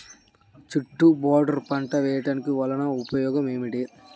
చుట్టూ బోర్డర్ పంట వేయుట వలన ఉపయోగం ఏమిటి?